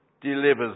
delivers